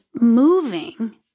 moving